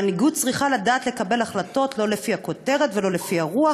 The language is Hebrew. מנהיגות צריכה לדעת לקבל החלטות לא לפי הכותרת ולא לפי הרוח,